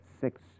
six